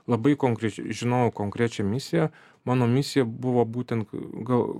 labai konkrečiai žinojau konkrečią misiją mano misija buvo būtent gal